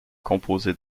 composé